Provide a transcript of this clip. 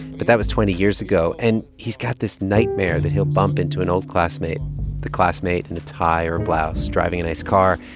but that was twenty years ago. and he's got this nightmare that he'll bump into an old classmate the classmate in a tie or blouse driving a nice car,